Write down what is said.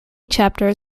chapters